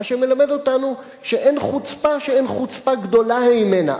מה שמלמד אותנו שאין חוצפה שאין חוצפה גדולה הימנה.